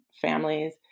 families